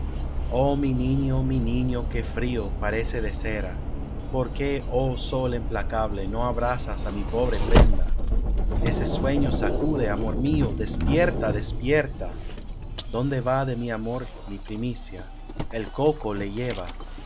oh mi niño mi niño que frío parece de cera porque oh sol implacable no abrasas á mi pobre prenda ese sueño sacude amor mío despierta despierta dónde va de mi amor la primicia el coco le lleva